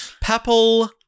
Papal